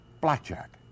blackjack